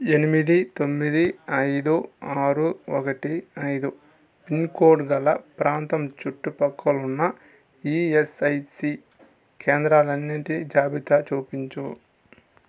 ఎనిమిది తొమ్మిది ఐదు ఆరు ఒకటి ఐదు పిన్కోడ్ గల ప్రాంతం చుట్టు ప్రక్కలున్న ఈఎస్ఐసి కేంద్రాలన్నిటి జాబితా చూపించు